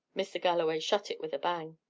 mr. galloway shut it with a bang.